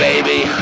Baby